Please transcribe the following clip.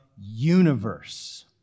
universe